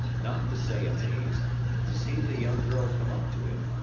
not to say amazed, to see the young girl come up to him,